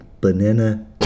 banana